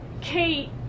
Kate